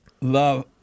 love